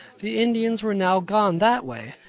the indians were now gone that way,